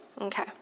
Okay